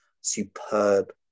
superb